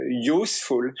useful